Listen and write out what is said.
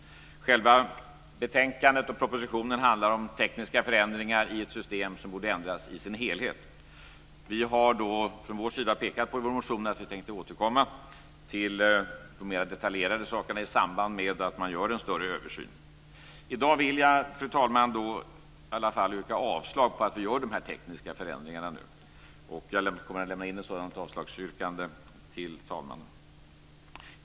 Själva betänkandet och propositionen handlar om tekniska förändringar i ett system som borde ändras i sin helhet. Vi har i vår motion pekat på att vi tänker återkomma till de mer detaljerade sakerna i samband med att man gör en större översyn. Fru talman! I dag vill jag yrka avslag på att vi gör de här tekniska förändringarna nu. Jag kommer att lämna in ett sådant avslagsyrkande till talmannen.